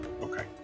okay